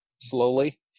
slowly